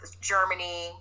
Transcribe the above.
Germany